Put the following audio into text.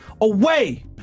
away